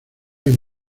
hay